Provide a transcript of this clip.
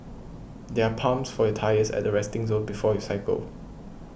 there are pumps for your tyres at the resting zone before you cycle